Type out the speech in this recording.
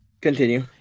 Continue